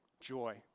joy